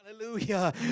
Hallelujah